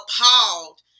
appalled